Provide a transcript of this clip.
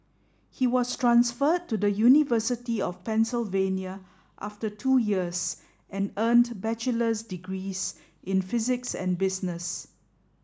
he was transferred to the University of Pennsylvania after two years and earned bachelor's degrees in physics and business